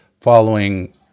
following